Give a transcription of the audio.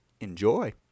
enjoy